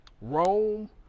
Rome